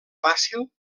fàcil